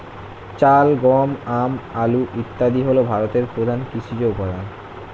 চাল, গম, আম, আলু ইত্যাদি হল ভারতের প্রধান কৃষিজ উপাদান